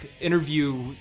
interview